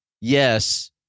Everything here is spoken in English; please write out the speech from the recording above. Yes